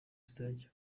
stage